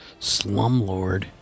Slumlord